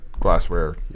glassware